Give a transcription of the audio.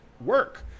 work